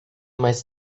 mais